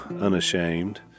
Unashamed